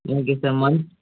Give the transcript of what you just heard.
okay sir month